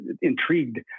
intrigued